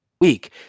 weak